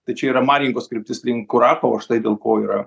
tai čia yra marinkos kryptis link kurachovo štai dėl ko yra